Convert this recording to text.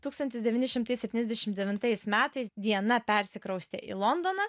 tūkstantis devyni šimtai septyniasdešim devintais metais diana persikraustė į londoną